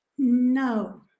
No